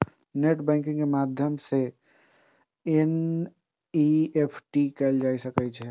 net banking के माध्यम सं एन.ई.एफ.टी कैल जा सकै छै